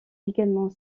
également